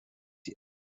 die